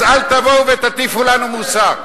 אז אל תבואו ותטיפו לנו מוסר.